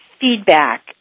feedback